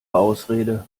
ausrede